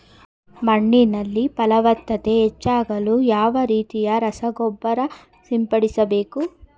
ಮಣ್ಣಿನಲ್ಲಿ ಫಲವತ್ತತೆ ಹೆಚ್ಚಾಗಲು ಯಾವ ರೀತಿಯ ರಸಗೊಬ್ಬರ ಸಿಂಪಡಿಸಬೇಕು?